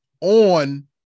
on